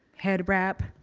head wrap,